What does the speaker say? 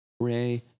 Ray